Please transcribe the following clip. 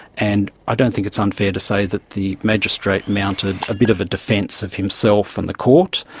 and i don't think it's unfair to say that the magistrate mounted a bit of a defence of himself and the court,